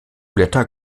blätter